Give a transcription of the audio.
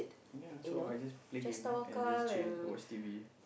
ya so I just play game and just chill and watch T_V